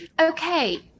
Okay